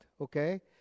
okay